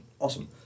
Awesome